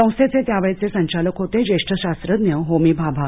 संस्थेचे त्यावेळचे संचालक होते ज्येष्ठ शास्त्रज्ञ होमी भाभा